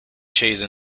chase